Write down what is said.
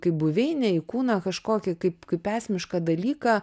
kaip buveinę į kūną kažkokį kaip kaip esmišką dalyką